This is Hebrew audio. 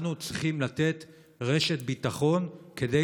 אנחנו צריכים לתת רשת ביטחון כדי